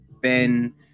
Ben